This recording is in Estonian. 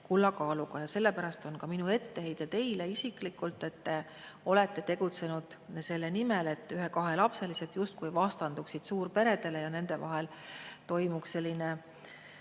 kulla kaaluga. Sellepärast on minu etteheide teile isiklikult, et te olete tegutsenud selle nimel, et ühe‑ ja kahelapselised [pered] justkui vastanduksid suurperedele ja toimuks selline